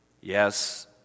Yes